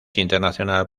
internacional